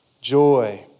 joy